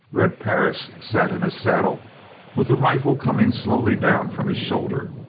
red perris sat in his saddle with the rifle coming slowly down from his shoulder.